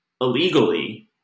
illegally